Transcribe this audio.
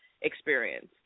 experience